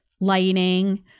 lighting